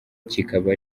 kikaba